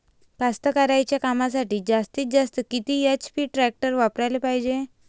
कास्तकारीच्या कामासाठी जास्तीत जास्त किती एच.पी टॅक्टर वापराले पायजे?